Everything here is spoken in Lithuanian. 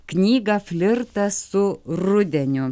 knygą flirtas su rudeniu